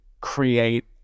create